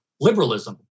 liberalism